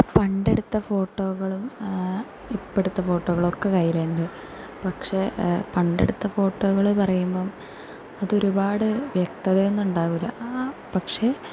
പണ്ട് എടുത്ത ഫോട്ടോകളും ഇപ്പോൾ എടുത്ത ഫോട്ടോകളും ഒക്കെ കൈയിലുണ്ട് പക്ഷേ പണ്ടെടുത്ത ഫോട്ടോകൾ പറയുമ്പോൾ അത് ഒരുപാട് വ്യക്തതയൊന്നും ഉണ്ടാവില്ല പക്ഷേ